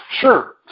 Sure